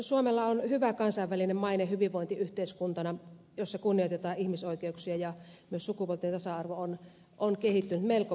suomella on hyvä kansainvälinen maine hyvinvointiyhteiskuntana jossa kunnioitetaan ihmisoikeuksia ja myös sukupuolten tasa arvo on kehittynyt melko pitkälle